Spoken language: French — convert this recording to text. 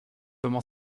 comment